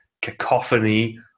cacophony